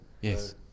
Yes